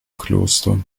kloster